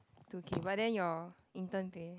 two K but then your intern thing